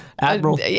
Admiral